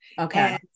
Okay